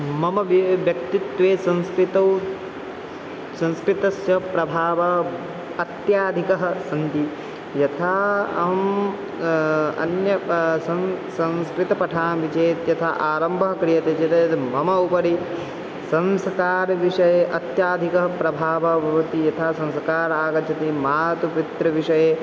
मम व्य व्यक्तित्वे संस्कृतौ संस्कृतस्य प्रभावः अत्यधिकः सन्ति यथा अहम् अन्य संस्कृतं पठामि चेत् यथा आरम्भं क्रियते चेत् मम उपरि संस्कारविषये अत्यधिकः प्रभावः भवति यथा संस्काराः आगच्छन्ति मातुपितृविषये